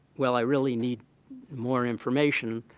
well, i really need more information.